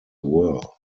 were